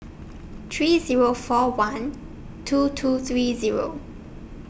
three Zero four one two two three zeo